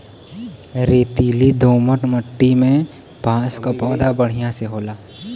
रेतीली दोमट माटी में बांस क पौधा बढ़िया से होला